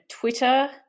twitter